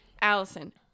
Allison